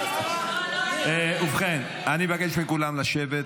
אני מבקש מכולם לשבת.